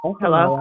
hello